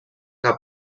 que